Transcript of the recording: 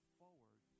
forward